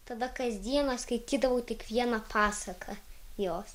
tada kasdieną skaitydavau tik vieną pasaką jos